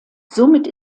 somit